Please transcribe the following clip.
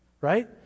right